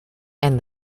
and